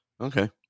Okay